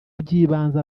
by’ibanze